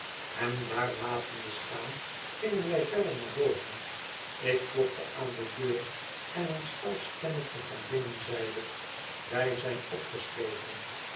hem daar latende staan gingen wij verder naar boven ik klopte aan de deur en een schel stemmetje van binnen zeide wij zijn opgesloten